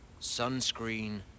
sunscreen